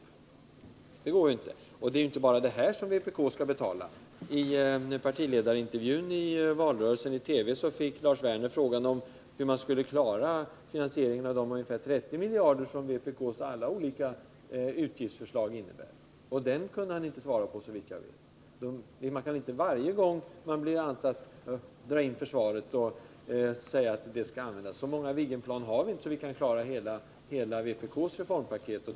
Det är ju f. ö. inte bara denna utgift som vpk vill betala på detta sätt. I partiledarintervjun i TV under valrörelsen fick Lars Werner frågan, hur man skulle klara finansieringen av de ungefär 30 miljarder som vpk:s alla olika utgiftsförslag skulle kosta. Den frågan kunde han inte svara på, såvitt jag minns. Man kan inte varje gång man blir ansatt dra in försvaret och säga att dess pengar skall användas. Så många Viggenplan har vi inte, att de kan klara vpk:s hela reformpaket.